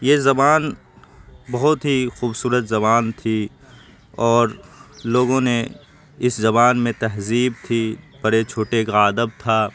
یہ زبان بہت ہی خوبصورت زبان تھی اور لوگوں نے اس زبان میں تہذیب تھی بڑے چھوٹے کا ادب تھا